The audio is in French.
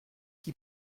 qui